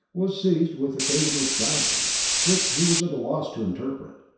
was seized with occasional spasms, which he was at a loss to interpret.